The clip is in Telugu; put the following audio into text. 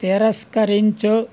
తిరస్కరించు